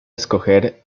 escoger